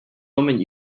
moment